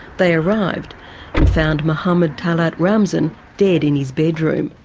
they arrived and found mohammed talet ramzan dead in his bedroom.